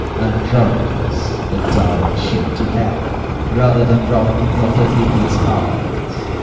andronicus, would thou were shipp'd to hell rather than rob me of the people's hearts!